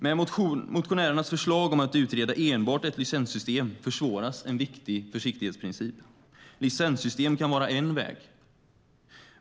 Med motionärernas förslag om att utreda enbart ett licenssystem försvåras en viktig försiktighetsprincip. Licenssystem kan vara en väg.